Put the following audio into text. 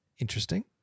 interesting